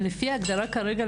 לפי ההגדרה כרגע,